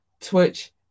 Twitch